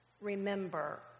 Remember